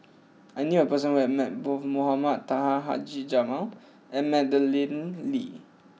I knew a person who has met both Mohamed Taha Haji Jamil and Madeleine Lee